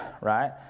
right